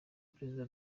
prezida